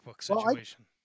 situation